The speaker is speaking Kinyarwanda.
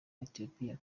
ethiopia